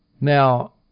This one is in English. Now